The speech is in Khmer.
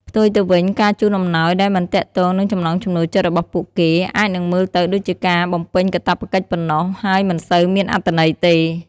ផ្ទុយទៅវិញ ការជូនអំណោយដែលមិនទាក់ទងនឹងចំណង់ចំណូលចិត្តរបស់ពួកគេ អាចនឹងមើលទៅដូចជាការបំពេញកាតព្វកិច្ចប៉ុណ្ណោះ ហើយមិនសូវមានអត្ថន័យទេ។